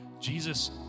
Jesus